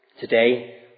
today